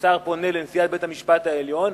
שר פונה לנשיאת בית-המשפט העליון,